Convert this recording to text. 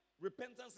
repentance